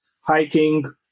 hiking